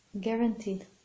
guaranteed